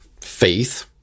faith